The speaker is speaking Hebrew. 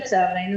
לצערנו,